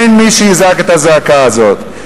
אין מי שיזעק את הזעקה הזאת.